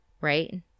right